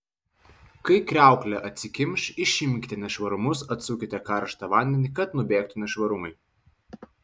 kai kriauklė atsikimš išimkite nešvarumus atsukite karštą vandenį kad nubėgtų nešvarumai